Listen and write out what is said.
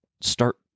start